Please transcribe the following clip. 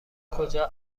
کجا